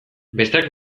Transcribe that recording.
besteak